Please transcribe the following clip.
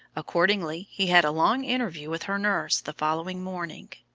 accordingly he had a long interview with her nurse the following morning.